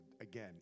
again